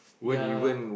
their